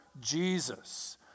Jesus